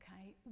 okay